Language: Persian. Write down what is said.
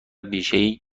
بیشهای